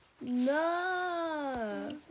No